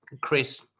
Chris